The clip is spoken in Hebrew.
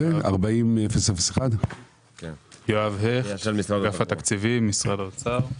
40-001. אגף התקציבים, משרד האוצר.